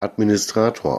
administrator